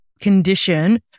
condition